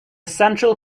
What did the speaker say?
central